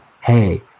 hey